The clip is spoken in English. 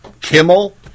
Kimmel